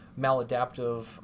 maladaptive